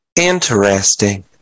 Interesting